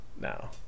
now